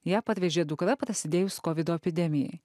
ją parvežė dukra prasidėjus kovido epidemijai